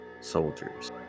soldiers